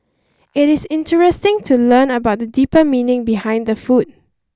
it is interesting to learn about the deeper meaning behind the food